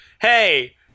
Hey